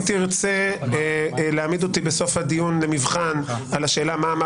ואם תרצה להעמיד אותי בסוף הדיון למבחן על השאלה מה אמר